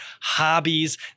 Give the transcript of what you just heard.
hobbies